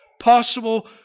possible